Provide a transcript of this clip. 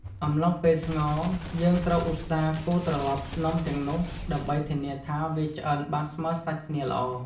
អំឡុងពេលស្ងោរ យើងត្រូវឧស្សាហ៍កូរត្រឡប់នំទាំងនោះ ដើម្បីធានាថាវាឆ្អិនបានស្មើសាច់គ្នាល្អ។